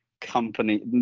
company